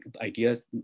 ideas